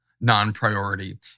non-priority